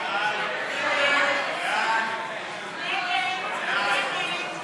ההצעה להסיר מסדר-היום את הצעת חוק התפזרות הכנסת